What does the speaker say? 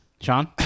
Sean